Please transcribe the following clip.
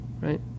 Right